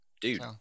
Dude